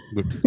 Good